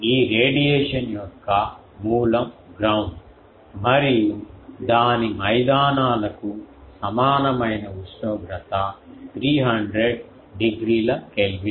ఈ రేడియేషన్ యొక్క మూలం గ్రౌండ్ మరియు దాని మైదానాలకు సమానమైన ఉష్ణోగ్రత 300 డిగ్రీల కెల్విన్